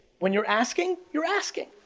when you're asking, you're asking.